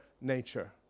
nature